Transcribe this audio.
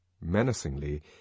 Menacingly